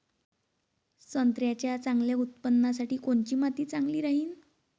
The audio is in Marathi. संत्र्याच्या चांगल्या उत्पन्नासाठी कोनची माती चांगली राहिनं?